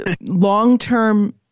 long-term